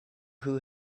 who